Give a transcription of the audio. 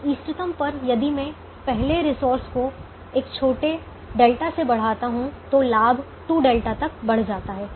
अब इष्टतम पर यदि मैं पहले रिसोर्स को एक छोटे ઠ से बढ़ाता हूं तो लाभ 2ઠ तक बढ़ जाता है